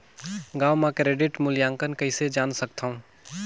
गांव म क्रेडिट मूल्यांकन कइसे जान सकथव?